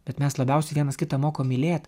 bet mes labiausiai vienas kitą mokom mylėt